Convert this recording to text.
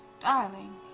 Darling